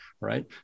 right